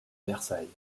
versailles